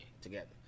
together